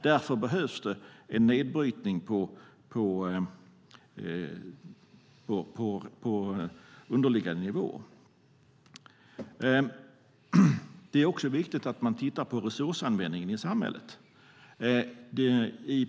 Därför behövs det en nedbrytning på underliggande nivå. Det är också viktigt att man tittar på resursanvändningen i samhället.